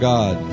God